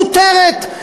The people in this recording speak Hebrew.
מותרת.